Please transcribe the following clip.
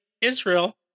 Israel